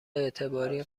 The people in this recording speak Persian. اعتباری